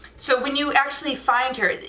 so when you actually find her,